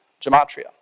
Gematria